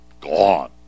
Gone